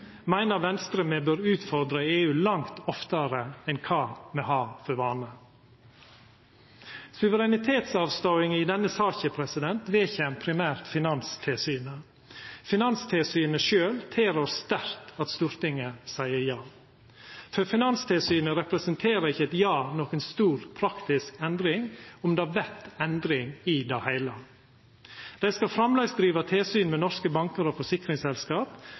meiner Venstre me bør utfordra EU langt oftare enn me har for vane. Suverenitetsavståing i denne saka vedkjem primært Finanstilsynet. Finanstilsynet sjølv tilrår sterkt at Stortinget seier ja. For Finanstilsynet representerer ikkje eit ja noka stor praktisk endring, om det vert endring i det heile. Dei skal framleis driva tilsyn med norske bankar og forsikringsselskap,